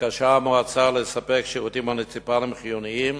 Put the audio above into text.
מתקשה המועצה לספק שירותים מוניציפליים חיוניים